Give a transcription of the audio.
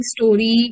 story